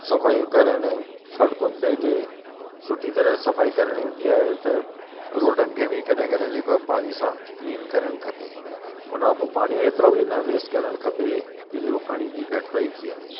सफायूं करण सड़कुनि ते जे सुठी तरह सफाई करणी हूंदी आहे त रोडनि खे बि कॾहिं कॾहिं जेको आहे पाणीअ सां क्लीन करणु खपे उनखां पोइ पाणी एतिरो बि न वेस्ट करणु खपे की जेको पाणीअ जी घटिताई थी वञे